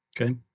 Okay